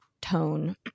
tone